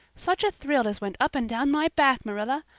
such a thrill as went up and down my back, marilla!